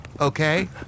okay